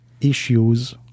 issues